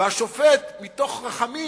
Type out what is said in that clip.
והשופט מתוך רחמים